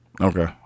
Okay